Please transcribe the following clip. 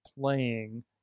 playing